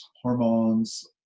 hormones